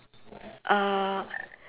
err